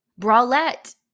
Bralette